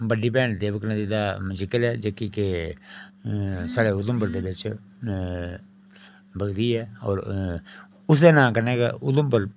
बड्डी भैन देवकी नगरी दा जिकर ऐ जेह्की के साढ़े उधमपुर दे बिच बगदी ऐ होर उसदे नांऽ कन्नै गै उधमपुर